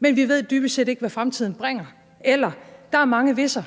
»Men vi ved dybest set ikke, hvad fremtiden bringer« eller »der er mange hvis'er«.